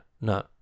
no